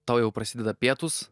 tau jau prasideda pietūs